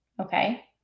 okay